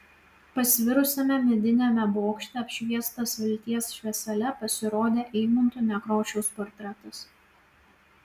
pasvirusiame mediniame bokšte apšviestas vilties šviesele pasirodė eimunto nekrošiaus portretas